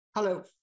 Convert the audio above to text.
Hello